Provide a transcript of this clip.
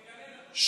תגלה לנו, שלמה.